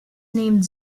named